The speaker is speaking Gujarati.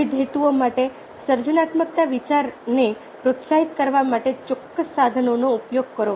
વિવિધ હેતુઓ માટે સર્જનાત્મક વિચારને પ્રોત્સાહિત કરવા માટે ચોક્કસ સાધનોનો ઉપયોગ કરો